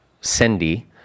Cindy